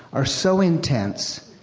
are so intense,